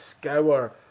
scour